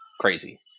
Crazy